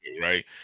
right